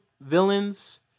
villains